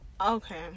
Okay